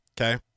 Okay